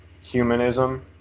humanism